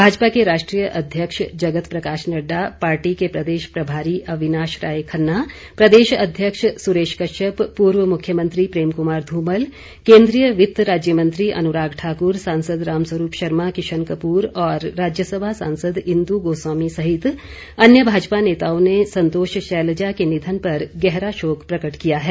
भाजपा के राष्ट्रीय अध्यक्ष जगत प्रकाश नड्डा पार्टी के प्रदेश प्रभारी अविनाश राय खन्ना प्रदेश अध्यक्ष सुरेश कश्यप पूर्व मुख्यमंत्री प्रेम कुमार ध्रमल केन्द्रीय वित्त राज्य मंत्री अनुराग ठाकुर सांसद राम स्वरूप शर्मा किशन कपूर और राज्यसभा सांसद इंदु गोस्वामी सहित अन्य भाजपा नेताओं ने संतोष शैलजा के निधन पर गहरा शोक प्रकट किया है